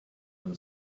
them